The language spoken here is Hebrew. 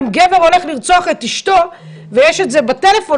אם גבר הולך לרצוח את אשתו ויש את זה בטלפון